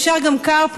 אפשר גם carpool,